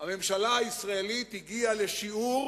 הממשלה הישראלית הגיעה לשיעור